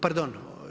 Pardon.